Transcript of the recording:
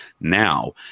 now